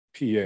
PA